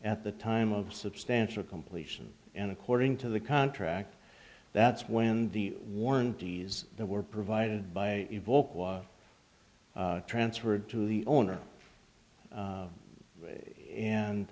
at the time of substantial completion and according to the contract that's when the warranties that were provided by evoke was transferred to the owner